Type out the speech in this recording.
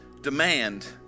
demand